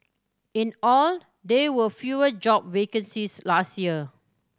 in all there were fewer job vacancies last year